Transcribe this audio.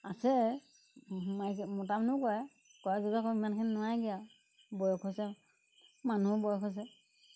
আছে মাইকী মতামানুহেও কৰে কৰে যদিও আকৌ ইমানখিনি নোৱাৰেগৈ আৰু বয়স হৈছে মানুহো বয়স হৈছে